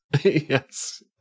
Yes